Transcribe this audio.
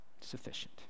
sufficient